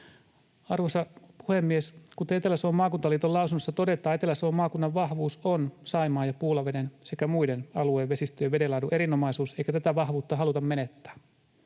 Arvoisa puhemies! Kuten Etelä-Savon maakuntaliiton lausunnossa todetaan, Etelä-Savon maakunnan vahvuus on Saimaan ja Puulaveden sekä muiden alueen vesistöjen vedenlaadun erinomaisuus, eikä tätä vahvuutta haluta menettää.